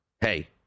hey